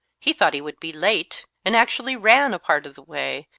he thought he would be late, and actually ran a part of the way,